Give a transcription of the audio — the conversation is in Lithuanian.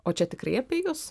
o čia tikrai apie jus